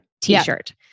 t-shirt